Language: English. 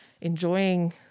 enjoying